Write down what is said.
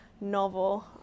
novel